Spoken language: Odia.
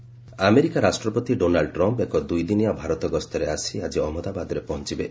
ଟ୍ରମ୍ ଭିଜିଟ୍ ଆମେରିକା ରାଷ୍ଟ୍ରପତି ଡୋନାଲ୍ଡ୍ ଟ୍ରମ୍ପ୍ ଏକ ଦୁଇଦିନିଆ ଭାରତ ଗସ୍ତରେ ଆସି ଆଜି ଅହଜ୍ଞଦାବାଦରେ ପହଞ୍ଚବେ